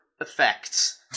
effects